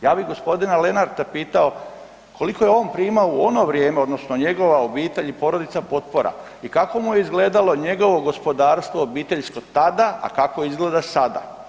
Ja bi gospodina Lenarta pitao koliko je on primao u ono vrijeme odnosno njegova obitelj i porodica potpora i kako mu je izgledalo njegovo gospodarstvo obiteljsko tada, a kako izgleda sada?